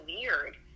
weird